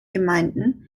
gemeinden